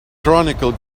chronicle